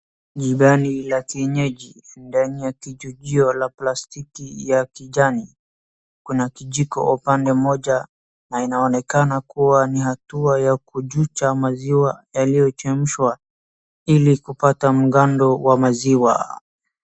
Ni dani la kienyeji, dani ya kichujio la plastiki ya kijani. Kuna kijiko upande moja na inaonekana kuwa ni hatua ya kujucha maziwa yaliyochemshwa ili kupata mgando wa maziwa.